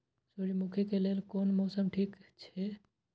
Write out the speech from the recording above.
सूर्यमुखी के लेल कोन मौसम ठीक हे छे?